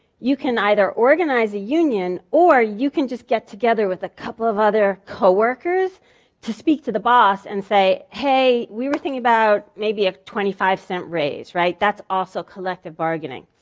you can either organize a union or you can just get together with a couple of other co-workers to speak to the boss and say, hey, we were thinking about maybe a twenty five cent raise. right, that's also collective bargaining.